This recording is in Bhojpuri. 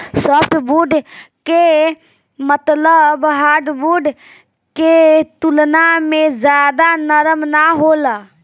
सॉफ्टवुड के मतलब हार्डवुड के तुलना में ज्यादा नरम ना होला